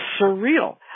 surreal